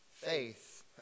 faith